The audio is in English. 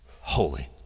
holy